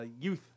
youth